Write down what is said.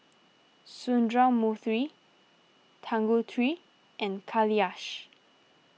Sundramoorthy Tanguturi and Kailash